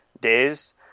days